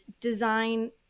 design